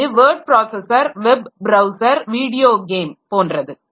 இது word processor web browser video game போன்றது